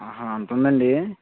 అంతుందండీ